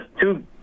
two